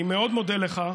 אני מאוד מודה לך,